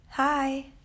Hi